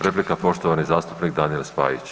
Replika poštovani zastupnik Daniel Spajić.